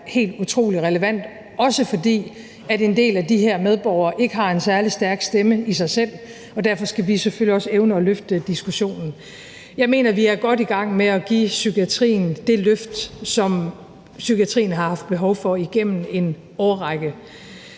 helt utrolig relevant – også fordi en del af de her medborgere ikke har en særlig stærk stemme i sig selv. Og derfor skal vi selvfølgelig også evne at løfte diskussionen. Jeg mener, at vi er godt i gang med at give psykiatrien det løft, som psykiatrien har haft behov for igennem en årrække.